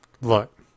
look